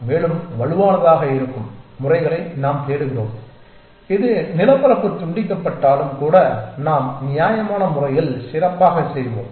மேலும் வலுவானதாக இருக்கும் முறைகளை நாம் தேடுகிறோம் இது நிலப்பரப்பு துண்டிக்கப்பட்டாலும் கூட நாம் நியாயமான முறையில் சிறப்பாக செய்வோம்